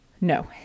No